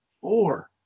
Four